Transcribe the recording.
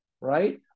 right